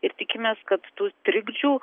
ir tikimės kad tų trikdžių